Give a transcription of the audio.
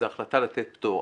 זו החלטה לתת פטור,